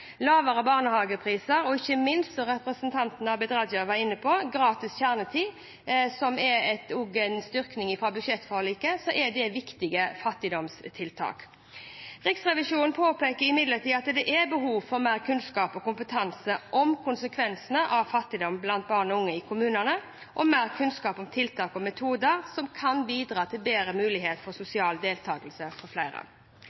lavere barnehagepriser og ikke minst, som representanten Abid Raja var inne på, gratis kjernetid, som også får en styrking ved budsjettforliket, viktige fattigdomstiltak. Riksrevisjonen påpeker imidlertid at det er behov for mer kunnskap og kompetanse om konsekvensene av fattigdom blant barn og unge i kommunene og mer kunnskap om tiltak og metoder som kan bidra til bedre muligheter for